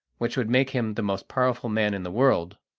which would make him the most powerful man in the world.